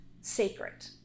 sacred